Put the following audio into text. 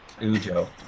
Ujo